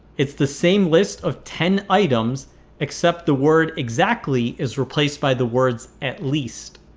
it's the same list of ten items except the word exactly is replaced by the words at least.